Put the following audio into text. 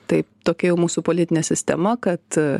tai tokia jau mūsų politinė sistema kad